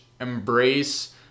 Embrace